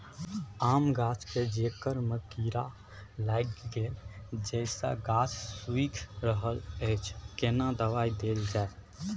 आम गाछ के जेकर में कीरा लाईग गेल जेसे गाछ सुइख रहल अएछ केना दवाई देल जाए?